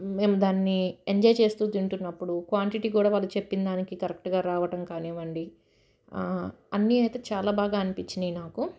మేము దాన్ని ఎంజాయ్ చేస్తూ తింటున్నప్పుడు క్వాంటిటీ కూడా వాళ్ళు చెప్పిన దానికి కరెక్ట్గా రావటం కానివ్వండి అన్నీ అయితే చాలా బాగా అనిపించినాయి నాకు